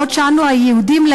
בעוד אנו היהודים,